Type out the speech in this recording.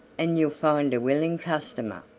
and you'll find a willing customer.